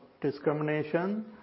discrimination